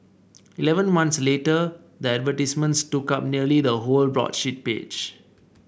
eleven months later the advertisements took up nearly the whole broadsheet page